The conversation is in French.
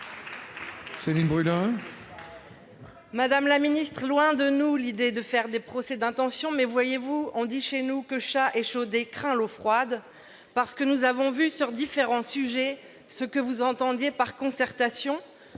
Madame la ministre, loin de nous l'idée de faire des procès d'intention. Toutefois, comme on le dit chez nous, chat échaudé craint l'eau froide. Nous avons en effet vu sur différents sujets ce que vous entendiez par concertation-